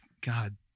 God